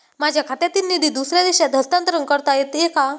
माझ्या खात्यातील निधी दुसऱ्या देशात हस्तांतर करता येते का?